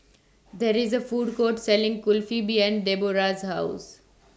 There IS A Food Court Selling Kulfi behind Debora's House